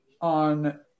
on